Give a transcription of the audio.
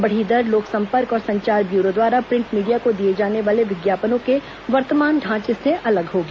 बढ़ी दर लोक सम्पर्क और संचार ब्यूरो द्वारा प्रिंट मीडिया को दिए जाने वाले विज्ञापनों के वर्तमान ढांचे से अलग होगी